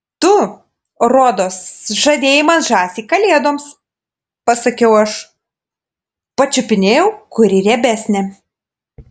tu rodos žadėjai man žąsį kalėdoms pasakiau aš pačiupinėjau kuri riebesnė